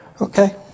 Okay